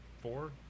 four